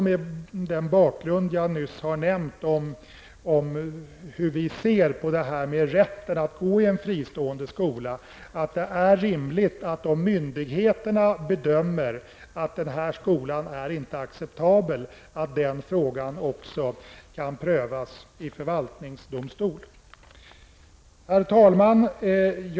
Med den bakgrund jag nyss nämnde om hur vi ser på rätten att gå i en fristående skola, tycker jag att det är rimligt att om myndigheterna bedömer att skolan inte är acceptabel skall den frågan kunna prövas i förvaltningsdomstol. Herr talman!